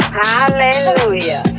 hallelujah